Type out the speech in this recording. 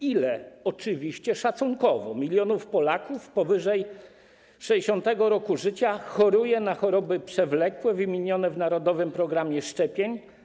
Ile, oczywiście szacunkowo, milionów Polaków powyżej 60. roku życia choruje na choroby przewlekłe wymienione w narodowym programie szczepień?